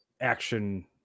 action